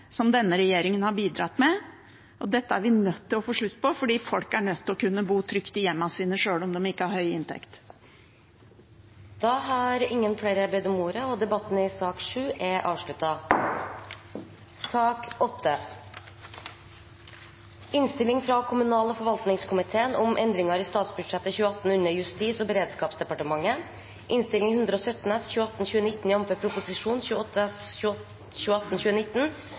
som denne regjeringen har bidratt med. Dette er vi nødt til å få slutt på, for folk må kunne bo trygt i hjemmene sine sjøl om de ikke har høy inntekt. Flere har ikke bedt om ordet til sak nr. 7. Etter ønske fra kommunal- og forvaltningskomiteen vil presidenten foreslå at taletiden blir begrenset til 3 minutter til hver partigruppe og